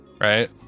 right